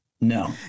No